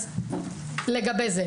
זה לגבי זה.